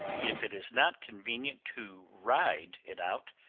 if it is not convenient to ride it out,